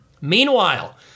Meanwhile